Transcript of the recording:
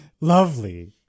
lovely